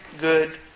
good